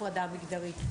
הפרדה מגדרית.